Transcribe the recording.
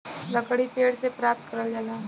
लकड़ी पेड़ से प्राप्त करल जाला